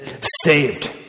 saved